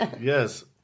Yes